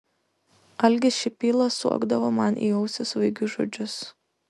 algis šipyla suokdavo man į ausį svaigius žodžius